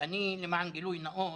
גילוי נאות,